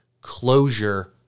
closure